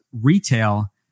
retail